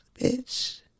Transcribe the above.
bitch